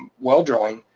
well drawing,